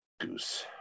goose